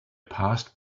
passed